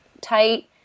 tight